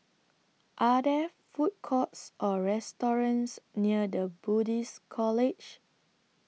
Are There Food Courts Or restaurants near The Buddhist College